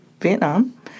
Vietnam